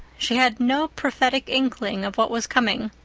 she had no prophetic inkling of what was coming.